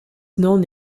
known